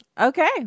Okay